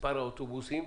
מספר האוטובוסים,